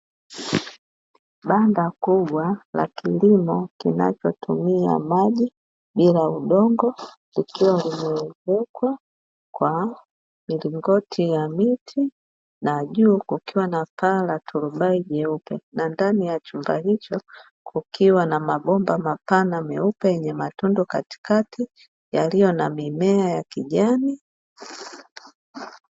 Banga kubwa la kilimo, kinachotumia maji bila udongo kikiwa kimezekwa kwa migongoti ya miti, na juu kukiwa na paa la turbai jeupe, na ndani ya chumba hicho kukiwa na mabomba mapana meupe yenye matunda katikati yaliyo na mimea ya kijani.